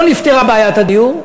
לא נפתרה בעיית הדיור,